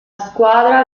squadra